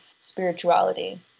spirituality